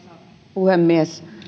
puhemies